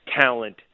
talent